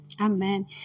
Amen